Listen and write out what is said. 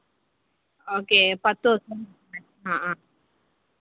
okay പത്തൂ ദിവസം ആ ആ